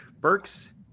Burks